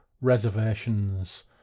reservations